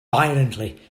violently